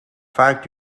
vaak